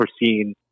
foreseen